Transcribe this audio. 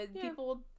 People